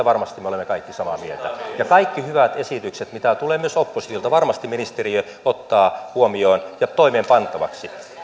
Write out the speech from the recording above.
varmasti me olemme kaikki samaa mieltä ja kaikki hyvät esitykset mitä tulee myös oppositiolta varmasti ministeriö ottaa huomioon ja toimeenpantavaksi